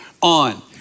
on